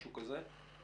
משהו כזה?